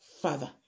father